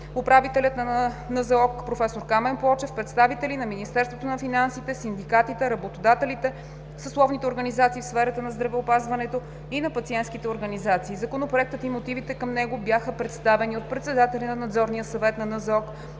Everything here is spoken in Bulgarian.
здравноосигурителна каса професор Камен Плочев, представители на Министерството на финансите, синдикатите, работодателите, съсловните организации в сферата на здравеопазването и на пациентските организации. Законопроектът и мотивите към него бяха представени от председателя на Надзорния съвет на